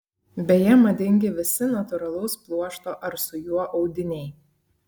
beje madingi visi natūralaus pluošto ar su juo audiniai